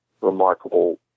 remarkable